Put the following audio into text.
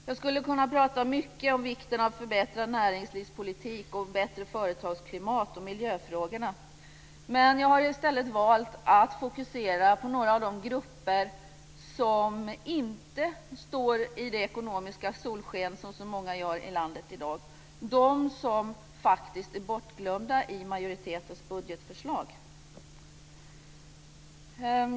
Jag skulle kunna prata mycket om vikten av förbättrad näringslivspolitik och bättre företagsklimat och om miljöfrågorna. Men jag har i stället valt att fokusera på några av de grupper som inte står i det ekonomiska solsken som så många andra gör i landet i dag, de som faktiskt är bortglömda i majoritetens budgetförslag.